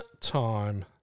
time